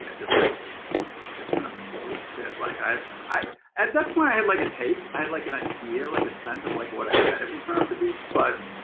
because like i could kind of bullshit like i i at that point i had like a take, i had like an idea like a sense of like what i bet it will turn out to be, but